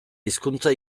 hizkuntza